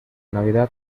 navidad